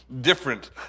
different